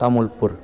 Tamulpur